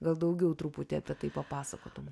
gal daugiau truputį apie tai papasakotum